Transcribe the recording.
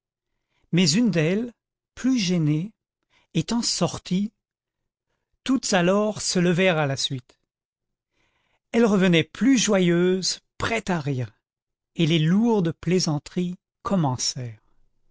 mais une d'elles plus gênée étant sortie toutes alors se levèrent à la suite elles revenaient plus joyeuses prêtes à rire et les lourdes plaisanteries